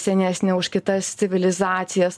senesnė už kitas civilizacijas